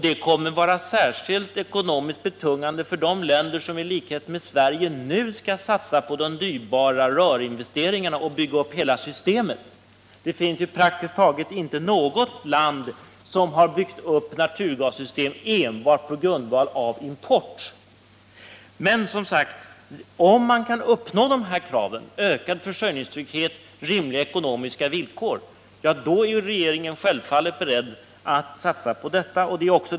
Det kommer att bli särskilt ekonomiskt betungande för de länder som i likhet med Sverige nu skall satsa på de dyrbara rörinvesteringarna och bygga upp hela systemet. Praktiskt taget inte något land har byggt upp ett naturgassystem enbart på grundval av import. Men, som sagt, om man kan uppfylla dessa krav, ökad försörjningstrygghet och rimliga ekonomiska villkor, är regeringen självfallet beredd att satsa på naturgas.